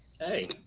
hey